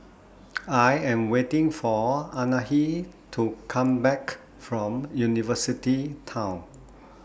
I Am waiting For Anahi to Come Back from University Town